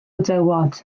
dywod